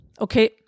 Okay